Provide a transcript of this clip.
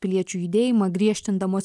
piliečių judėjimą griežtindamos